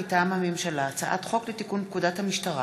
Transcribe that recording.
מטעם הממשלה: הצעת חוק לתיקון פקודת המשטרה